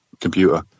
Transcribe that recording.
computer